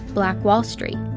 black wall street.